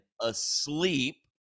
asleep